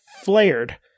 flared